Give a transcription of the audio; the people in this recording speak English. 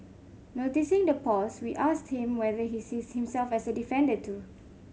noticing the pause we asked him whether he sees himself as a defender too